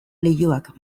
leihoak